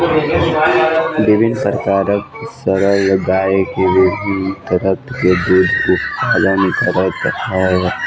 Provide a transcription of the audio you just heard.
विभिन्न प्रकारक नस्ल के गाय के विभिन्न स्तर के दूधक उत्पादन करैत अछि